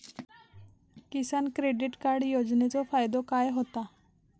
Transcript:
किसान credit card योजनेचो फायदो काय होता?